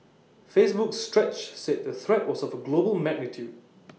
Facebook's stretch said the threat was of A global magnitude